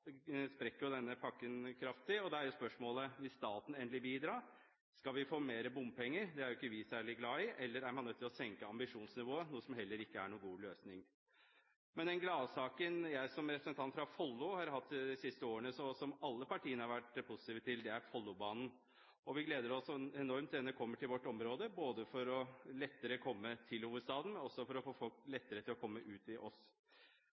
da er spørsmålet: Vil staten endelig bidra? Skal vi få mer bompenger? Det er ikke vi særlig glad for. Eller er man nødt til å senke ambisjonsnivået, noe som heller ikke er noen god løsning. Men gladsaken jeg som representant fra Follo har hatt de siste årene – som alle partiene har vært positive til – er Follobanen. Vi gleder oss enormt til denne kommer til vårt område, både for lettere å komme til hovedstaden og for at folk lettere kan komme ut til oss. Men så kan man stille seg spørsmål om hvordan regjeringen kan sette seg i